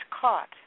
caught